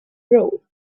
road